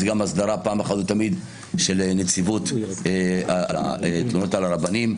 זה הסדרה אחת ולתמיד של נציבות התלונות על רבנים,